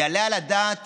היעלה על הדעת